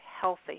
healthy